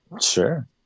sure